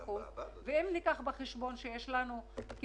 אני לא חושבת שיש לי מה להבהיר מעבר לזה.